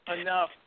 enough